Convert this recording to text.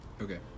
Okay